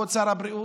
כבוד שר הבריאות,